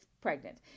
Pregnant